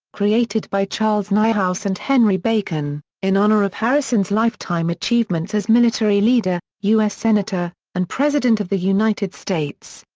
created by charles niehaus and henry bacon, in honor of harrison's lifetime achievements as military leader, u s. senator, and president of the united states.